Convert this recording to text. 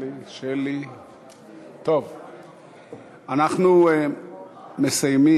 אדוני כבוד סגן יושב-ראש הכנסת, אדוני השר,